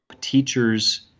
teachers